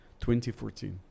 2014